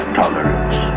tolerance